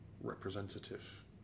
representative